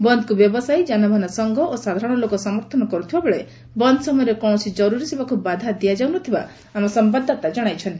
ବନ୍ଦକୁ ବ୍ୟବସାୟୀ ଯାନବାହାନ ସଂଘ ଓ ସାଧାରଣ ଲୋକ ସମର୍ଥନ କରୁଥିବା ବେଳେ ବନ୍ଦ ସମୟରେ କୌଣସି ଜରୁରୀ ସେବାକୁ ବାଧା ଦିଆଯାଉ ନଥିବା ଆମ ସମ୍ଘାଦଦାତା ଜଣାଇଛନ୍ତି